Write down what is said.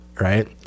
right